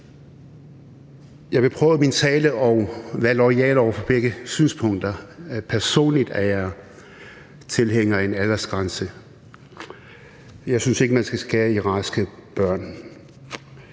Jeg vil prøve i min tale at være loyal over for begge synspunkter. Personligt er jeg tilhænger af en aldersgrænse, da jeg ikke synes, man skal skære i raske børn.